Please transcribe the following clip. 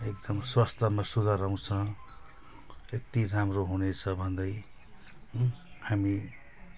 एकदम स्वास्थ्यमा सुधार आउँछ यति राम्रो हुनेछ भन्दै हामी